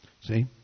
See